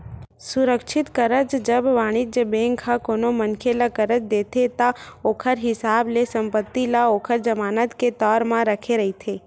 सुरक्छित करज, जब वाणिज्य बेंक ह कोनो मनखे ल करज देथे ता ओखर हिसाब ले संपत्ति ल ओखर जमानत के तौर म रखे रहिथे